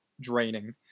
draining